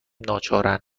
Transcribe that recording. ناچارا